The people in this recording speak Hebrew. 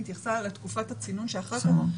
היא התייחסה לתקופת הצינון שאחרי כן,